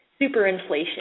superinflation